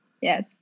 Yes